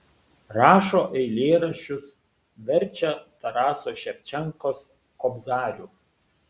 rašo eilėraščius verčia taraso ševčenkos kobzarių